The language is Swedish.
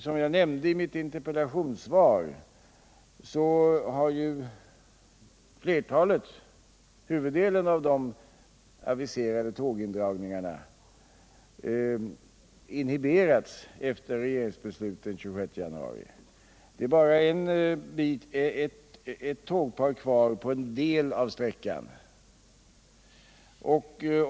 Som jag nämnde i mitt interpellationssvar har huvuddelen av de aviserade tågindragningarna inhiberats efter regeringsbeslut den 26 januari. Nu gäller det bara ett tågpar på en del av sträckan.